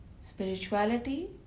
spirituality